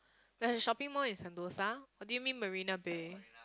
there is a shopping mall in Sentosa do you mean Marina-Bay